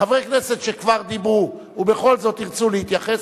חברי כנסת שכבר דיברו ובכל זאת ירצו להתייחס,